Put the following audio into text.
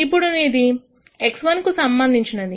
ఇప్పుడు ఇది x1 కు సంబంధించినది